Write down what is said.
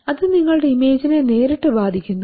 അത് നിങ്ങളുടെ ഇമേജിനെ നേരിട്ട് ബാധിക്കുന്നു